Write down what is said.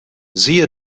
siehe